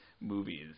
movies